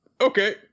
Okay